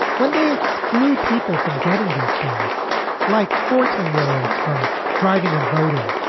when they exclude people from getting these things like fourteen year olds from driving and voting,